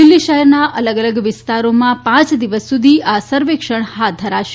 દિલ્હી શહેરના અલગ અલગ વિસ્તારોમાં પાંચ દિવસ સુધી આ સર્વેક્ષણ હાથ ધરાશે